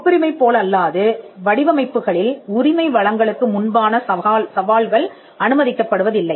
காப்புரிமை போலல்லாது வடிவமைப்புகளில் உரிமை வழங்கலுக்கு முன்பான சவால்கள் அனுமதிக்கப்படுவதில்லை